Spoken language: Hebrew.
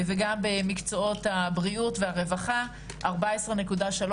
וגם במקצועות הבריאות והרווחה, 14.3